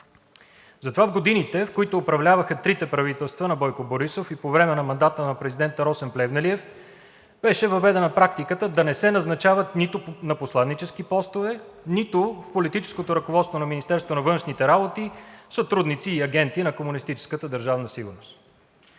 Затова в годините, в които управляваха трите правителства на Бойко Борисов, и по време на мандата на президента Росен Плевнелиев беше въведена практиката да не се назначават нито на посланически постове, нито в политическото ръководство на Министерството на външните работи сътрудници и агенти на